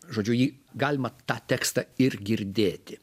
žodžiu jį galima tą tekstą ir girdėti